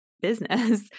business